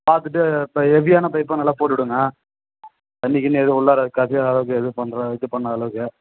பார்த்துட்டு ப ஹெவியான பைப்பாக நல்லா போட்டுவிடுங்க தண்ணி கிண்ணி எதுவும் உள்ளார கசியாதளவுக்கு எதுவும் பண்ணாத இது பண்ணாதளவுக்கு